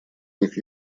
них